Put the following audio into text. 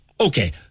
Okay